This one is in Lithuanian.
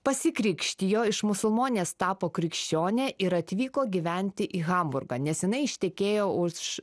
pasikrikštijo iš musulmonės tapo krikščionė ir atvyko gyventi į hamburgą nes jinai ištekėjo už